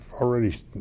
already